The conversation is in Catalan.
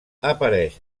apareix